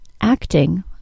acting